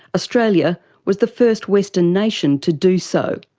australia was the first western nation to do so.